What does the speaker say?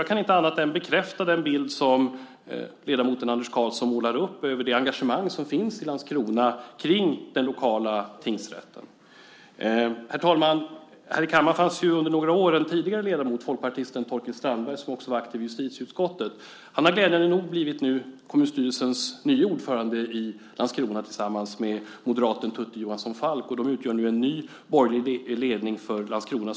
Jag kan bara bekräfta den bild som ledamoten Anders Karlsson målar upp över det engagemang som finns i Landskrona kring den lokala tingsrätten. Herr talman! Här i kammaren fanns under några år ledamoten folkpartisten Torkild Strandberg som också var aktiv i justitieutskottet. Han har glädjande nog blivit kommunstyrelsens nye ordförande i Landskrona tillsammans med moderaten Tutti Johansson Falk. De utgör en ny borgerlig ledning i Landskrona.